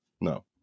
no